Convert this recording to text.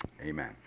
Amen